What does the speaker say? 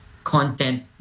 content